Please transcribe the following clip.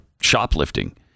shoplifting